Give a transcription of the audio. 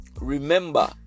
remember